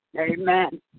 Amen